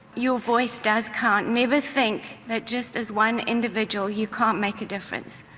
your voice does count. never think that just as one individual you can't make a difference.